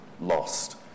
lost